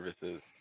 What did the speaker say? services